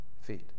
feet